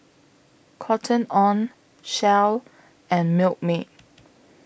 Cotton on Shell and Milkmaid